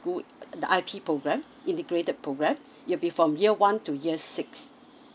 school the I_P programme integrated programme it'll be from year one to year six